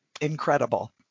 incredible